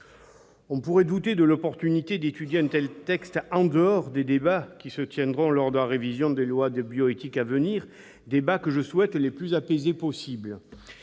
On pourrait douter de l'opportunité d'étudier un tel texte en dehors des débats qui se tiendront lors de la révision des lois de bioéthique à venir, débats que je souhaite le plus apaisés possible.